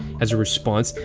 as a response,